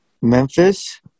Memphis